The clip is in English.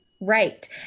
Right